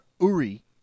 Uri